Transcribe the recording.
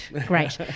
great